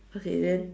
okay then